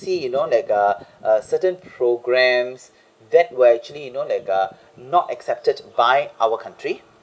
see you know like uh a certain programs that were actually you know like uh not accepted by our country